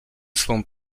swą